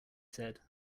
said